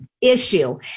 issue